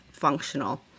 functional